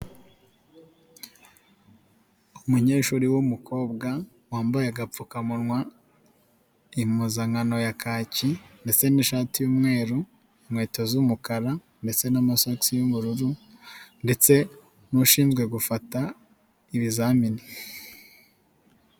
Umunyeshuri w'umukobwa wambaye agapfukamunwa, impuzankano ya kaki ndetse n'ishati y'mweru, inkweto z'umukara ndetse n'amashati y'ubururu ndetse n'ushinzwe gufata ibizamini.